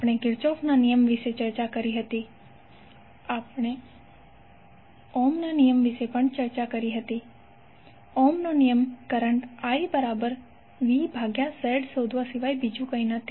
આપણે કિર્ચોફના નિયમ વિશે ચર્ચા કરી આપણે ઓહમના નિયમ વિશે પણ ચર્ચા કરી ઓહમનો નિયમ કરંટ IVZ શોધવા સિવાય કંઈ નથી